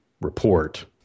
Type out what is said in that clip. report